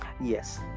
yes